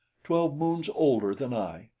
twelve moons older than i,